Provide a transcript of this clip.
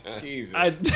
Jesus